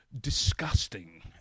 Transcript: disgusting